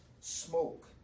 smoke